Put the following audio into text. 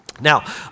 Now